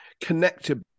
connected